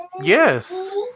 yes